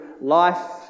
life